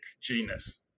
genus